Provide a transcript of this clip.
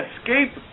escape